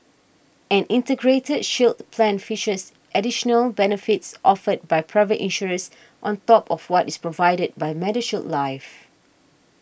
an Integrated Shield Plan features additional benefits offered by private insurers on top of what is provided by MediShield Life